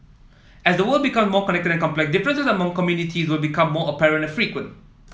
as the world become more connected and complex differences among communities will become more apparent and frequent